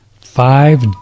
Five